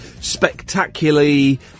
spectacularly